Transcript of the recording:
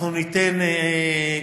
אנחנו גם ניתן שכירות,